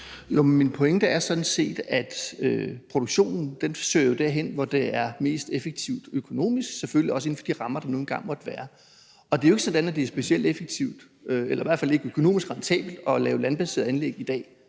min pointe er sådan set, at produktionen søger derhen, hvor det er mest effektivt økonomisk, selvfølgelig også inden for de rammer, der nu engang måtte være. Det er jo ikke sådan, at det er specielt effektivt, eller det er i hvert fald ikke økonomisk rentabelt at lave landbaserede anlæg i dag.